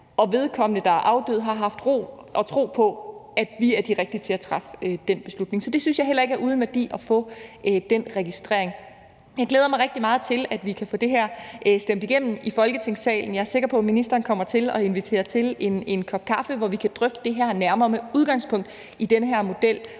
Og vedkommende, der er død, har haft troen på, at vi var de rigtige til at træffe den beslutning. Så jeg synes heller ikke, det er uden værdi at få den registrering. Jeg glæder mig rigtig meget til, at vi kan få det her stemt igennem i Folketingssalen. Jeg er sikker på, at ministeren kommer til at invitere til en kop kaffe, hvor vi kan drøfte det her nærmere med udgangspunkt i den her model,